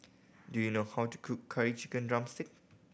do you know how to cook Curry Chicken drumstick